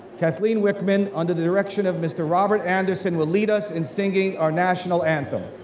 kathleen wickman, under the direction of mr. robert anderson will lead us in singing our national anthem.